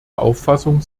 auffassung